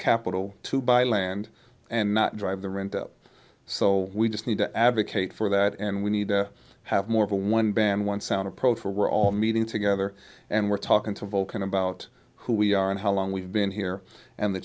capital to buy land and not drive the rent up so we just need to advocate for that and we need to have more of a one band one sound approach for all meeting together and we're talking to vulcan about who we are and how long we've been here and the